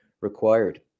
required